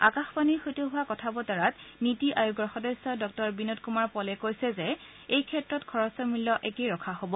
আকাশবাণীৰ সৈতে হোৱা কথা বতৰাত নিটি আয়োগৰ সদস্য ডঃ বিনোদ কুমাৰ প'লে কৈছে যে এইক্ষেত্ৰত খৰচৰ মূল্য একেই ৰখা হ'ব